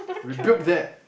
rebuild that